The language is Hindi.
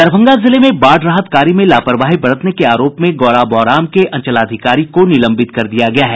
दरभंगा जिले में बाढ़ राहत कार्य में लापरवाही बरतने के आरोप में गौराबौराम के अंचलाधिकारी को निलंबित कर दिया गया है